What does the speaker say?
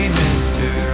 mister